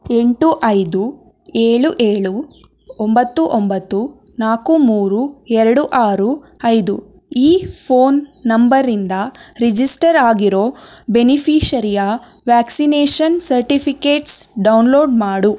ಎಂಟು ಐದು ಏಳು ಏಳು ಒಂಬತ್ತು ಒಂಬತ್ತು ನಾಲ್ಕು ಮೂರು ಎರಡು ಆರು ಐದು ಈ ಫೋನ್ ನಂಬರಿಂದ ರಿಜಿಸ್ಟರ್ ಆಗಿರೋ ಬೆನಿಫೀಷರಿಯ ವ್ಯಾಕ್ಸಿನೇಷನ್ ಸರ್ಟಿಫಿಕೇಟ್ಸ್ ಡೌನ್ಲೋಡ್ ಮಾಡು